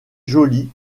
joly